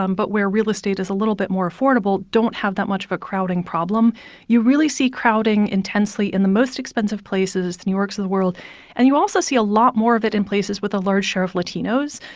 um but where real estate is a little bit more affordable don't have that much of a crowding problem you really see crowding intensely in the most expensive places the new yorks of the world and you also see a lot more of it in places with a large share of latinos.